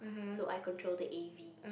so I control the A_V